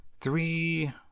Three